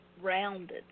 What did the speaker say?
rounded